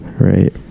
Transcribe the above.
right